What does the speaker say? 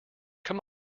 come